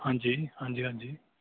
ਹਾਂਜੀ ਹਾਂਜੀ ਹਾਂਜੀ